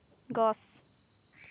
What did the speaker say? গছ